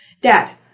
Dad